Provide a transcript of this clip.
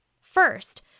First